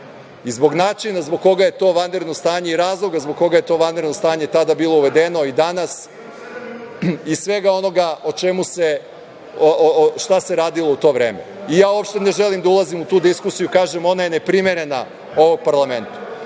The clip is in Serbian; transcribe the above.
i zbog načina zbog koga je to vanredno stanje i razloga zbog koga je to vanredno stanje to tada bilo uvedeno i danas i svega onoga šta se radilo u to vreme. Uopšte ne želim da ulazim u tu diskusiju, kažem, ona je neprimerena ovom parlamentu,